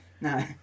No